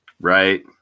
Right